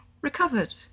recovered